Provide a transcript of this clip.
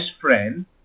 friend